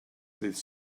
ddydd